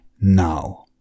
now